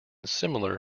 similar